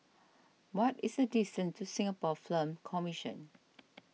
what is the distance to Singapore Film Commission